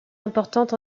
importante